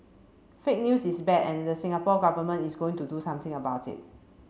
fake news is bad and the Singapore Government is going to do something about it